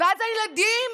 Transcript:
ואז הילדים